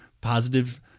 positive